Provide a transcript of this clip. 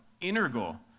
integral